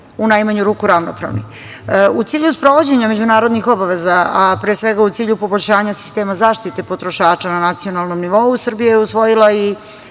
cilju sprovođenja međunarodnih obaveza, a pre svega u cilju poboljšanja sistema zaštite potrošača na nacionalnom nivou Srbija je usvojila i